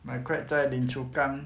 my crab 在 lim chu kang